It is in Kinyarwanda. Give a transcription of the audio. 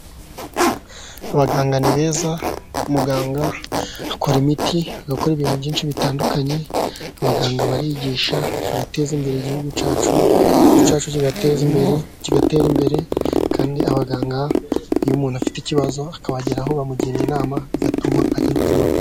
Abaganga ni beza. Muganga akora imiti, agakora ibintu byinshi bitandukanye ,abaganga barigisha bagateza imbere igihugu cyacu, igihugu cyacu kigatera imbere, kandi abaganga iyo umuntu afite ikibazo akabageraho , bamugira inama bigatuma agira ubuzima bwiza.